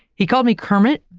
he called me kermit,